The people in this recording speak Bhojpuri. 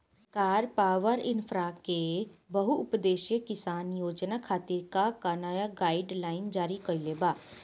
सरकार पॉवरइन्फ्रा के बहुउद्देश्यीय किसान योजना खातिर का का नया गाइडलाइन जारी कइले बा?